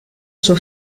suo